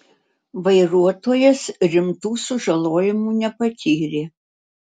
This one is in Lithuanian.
vairuotojas rimtų sužalojimų nepatyrė